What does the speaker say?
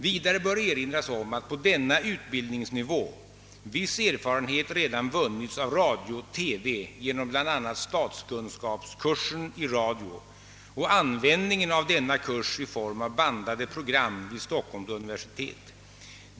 Vidare bör erinras om att på denna utbildningsnivå viss erfarenhet redan vunnits av radio-tv genom bl.a. statskunskapskursen i radio och användningen av denna kurs i form av bandade program vid Stockholms universitet.